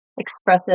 expressive